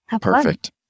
Perfect